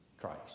christ